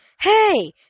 Hey